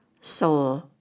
soul